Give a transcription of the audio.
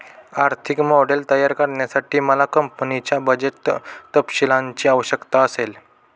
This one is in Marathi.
आर्थिक मॉडेल तयार करण्यासाठी मला कंपनीच्या बजेट तपशीलांची आवश्यकता असेल